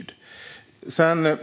Att sedan